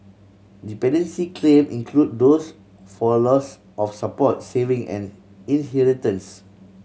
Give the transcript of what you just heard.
dependency claim include those for loss of support saving and inheritance